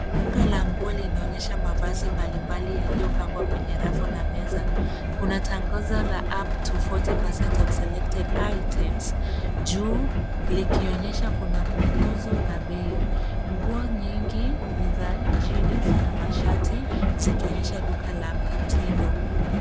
Duka la nguo linaonyesha mavazi mbali mbali yaliopangwa kwenye rafu na meza. Kuna tangazo la up to 40% selected items juu likionyesha kuna punguzo la bei. Nguo nyingi niza jeans na mashati zikionyesha duka la mitindo.